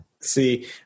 see